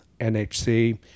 NHC